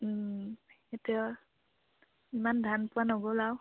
এতিয়া ইমান ধান পোৱা নগ'ল আৰু